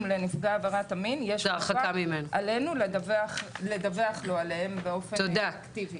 לנפגע עבירת המין היא החובה עלינו לדווח לו עליהם באופן אקטיבי.